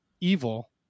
evil